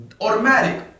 Automatic